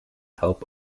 help